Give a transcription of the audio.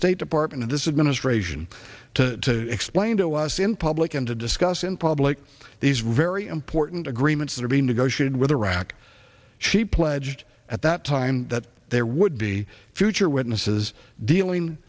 state department of this administration to explain to us in public and to discuss in public these very important agreements that are being negotiated with iraq she pledged at that time that there would be future witnesses dealing